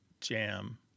jam